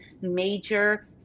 major